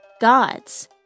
gods